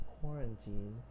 quarantine